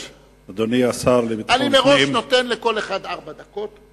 אני נותן לכל אחד מראש ארבע דקות,